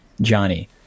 Johnny